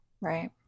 Right